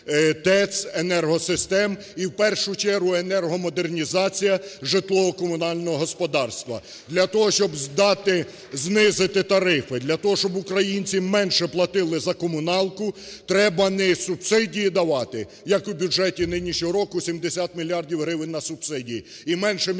ТЕЦ, енергосистем і в першу чергуенергомодернізація житлово-комунального господарства для того, щоб здати… знизити тарифи. Для того, щоб українці менше платили за комуналку, треба не субсидії давати, як у бюджеті нинішнього року 70 мільярдів гривень на субсидії і менше мільярда